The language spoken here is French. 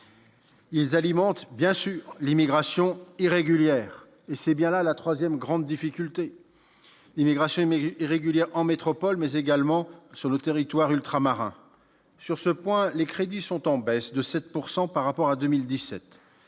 Ils alimentent bien sûr l'immigration irrégulière et c'est bien là la 3ème grande difficulté immigration immigrés et régulière en métropole, mais également sur le territoire ultramarin sur ce point, les crédits sont en baisse de 7 pourcent par rapport à 2017,